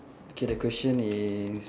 okay that question is